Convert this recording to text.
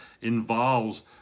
involves